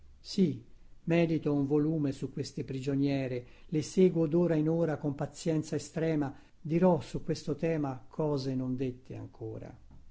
sì medito un volume su queste prigioniere le seguo dora in ora con pazienza estrema dirò su questo tema cose non dette ancora